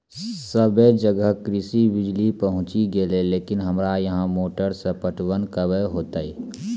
सबे जगह कृषि बिज़ली पहुंची गेलै लेकिन हमरा यहाँ मोटर से पटवन कबे होतय?